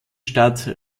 stadt